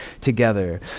together